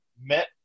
met